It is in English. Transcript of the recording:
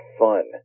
fun